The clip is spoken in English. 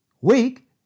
Weak